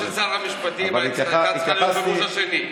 אז, של שר המשפטים הייתה צריכה להיות בגוש השני.